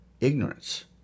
Ignorance